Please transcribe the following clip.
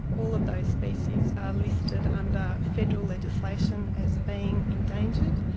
all of those species are listed under federal legislation as being endangered,